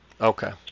Okay